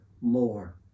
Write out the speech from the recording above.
more